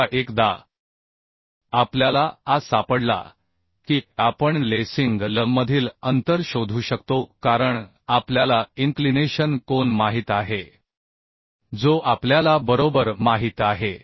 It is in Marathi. आता एकदा आपल्याला a सापडला की आपण लेसिंग L मधील अंतर शोधू शकतो कारण आपल्याला इन्क्लिनेशन कोन माहित आहे जो आपल्याला बरोबर माहित आहे